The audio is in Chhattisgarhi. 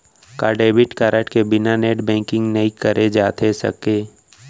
का डेबिट कारड के बिना नेट बैंकिंग नई करे जाथे सके?